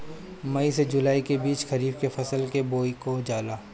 मई से जुलाई के बीच खरीफ के फसल के बोआई हो जाला